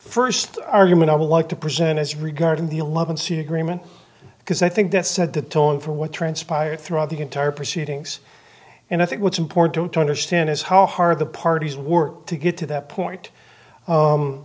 first argument i would like to present as regarding the eleven soon agreement because i think that said the tone from what transpired throughout the entire proceedings and i think what's important to understand is how hard the parties work to get to that point